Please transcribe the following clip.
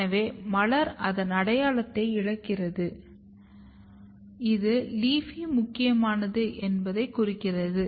எனவே மலர் அதன் அடையாளத்தை இழக்கிறது இது LEAFY முக்கியமானது என்பதைக் குறிக்கிறது